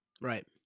Right